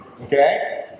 okay